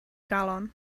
galon